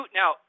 now